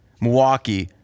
Milwaukee